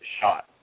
shot